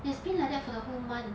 it's been like that for the whole month